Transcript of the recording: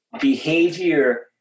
behavior